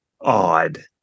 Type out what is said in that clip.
odd